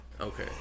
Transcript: Okay